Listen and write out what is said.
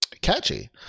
catchy